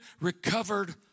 recovered